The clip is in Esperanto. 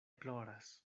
ploras